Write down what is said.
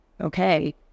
okay